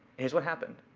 here's what happened.